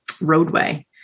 roadway